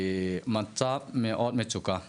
מצב מצוקה גדול.